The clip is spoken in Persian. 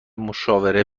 مشاوره